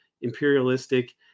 imperialistic